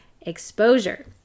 exposure